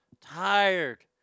Tired